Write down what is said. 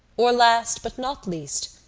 or, last but not least,